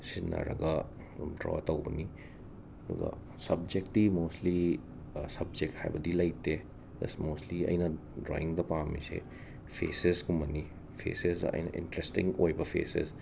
ꯁꯤꯖꯤꯟꯅꯔꯒ ꯗ꯭ꯔꯣ ꯇꯧꯕꯅꯤ ꯑꯗꯨꯒ ꯁꯞꯖꯦꯛꯇꯤ ꯃꯣꯁꯂꯤ ꯁꯥꯞꯖꯦꯛ ꯍꯥꯏꯕꯗꯤ ꯂꯩꯇꯦ ꯖꯁ ꯃꯣꯁꯂꯤ ꯑꯩꯅ ꯗ꯭ꯔꯣꯌꯤꯡꯗ ꯄꯥꯝꯃꯤꯁꯦ ꯐꯦꯁꯦꯁꯀꯨꯝꯕꯅꯤ ꯐꯦꯁꯦꯁꯇ ꯑꯩꯅ ꯏꯟꯇꯔꯦꯁꯇꯤꯡ ꯑꯣꯏꯕ ꯐꯦꯁꯦꯁ